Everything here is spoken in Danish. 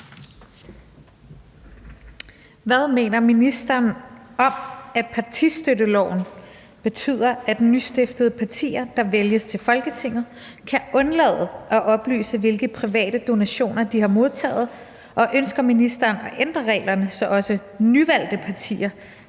Hvad mener ministeren om, at partistøtteloven betyder, at nystiftede partier, der vælges til Folketinget, kan undlade at oplyse, hvilke private donationer de har modtaget, og ønsker ministeren at ændre reglerne, så også nyvalgte partier